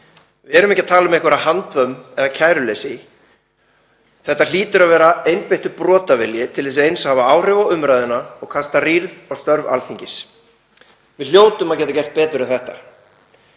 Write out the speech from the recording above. Við erum ekki að tala um einhverja handvömm eða kæruleysi. Þetta hlýtur að vera einbeittur brotavilji til þess eins að hafa áhrif á umræðuna og kasta rýrð á störf Alþingis. Við hljótum að geta gert betur en þetta.